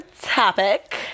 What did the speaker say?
topic